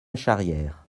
charrière